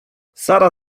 sara